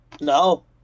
No